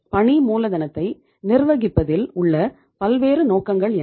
பணி மூலதனத்தை நிர்வகிப்பதில் உள்ள பல்வேறு நோக்கங்கள் என்ன